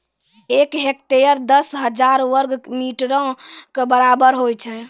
एक हेक्टेयर, दस हजार वर्ग मीटरो के बराबर होय छै